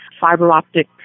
fiber-optic